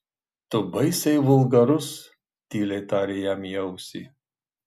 tu baisiai vulgarus tyliai tarė jam į ausį